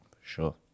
Sure